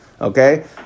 Okay